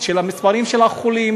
המספרים של החולים,